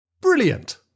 Brilliant